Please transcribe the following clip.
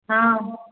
हँ